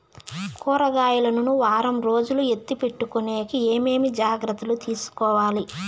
కూరగాయలు ను వారం రోజులు ఎత్తిపెట్టుకునేకి ఏమేమి జాగ్రత్తలు తీసుకొవాలి?